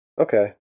Okay